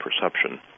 perception